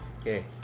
Okay